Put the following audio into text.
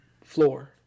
floor